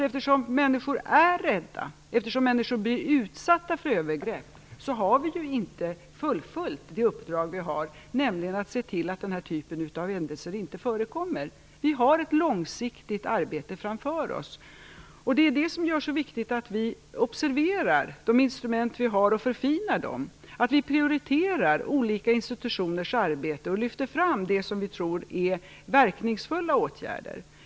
Eftersom människor är rädda, eftersom människor blir utsatta för övergrepp har vi ju inte fullföljt det uppdrag vi har, nämligen att se till att den här typen av händelser inte förekommer. Vi har ett långsiktigt arbete framför oss. Det är det som gör det så viktigt att vi observerar de instrument vi har och förfinar dem, att vi prioriterar olika institutioners arbete och lyfter fram det som vi tror är verkningsfulla åtgärder.